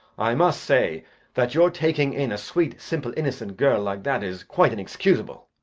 i must say that your taking in a sweet, simple, innocent girl like that is quite inexcusable.